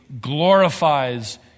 glorifies